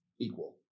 equal